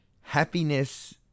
Happiness